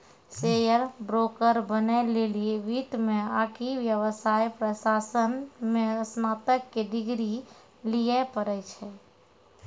share broker बनै लेली वित्त मे आकि व्यवसाय प्रशासन मे स्नातक के डिग्री लिये पड़ै छै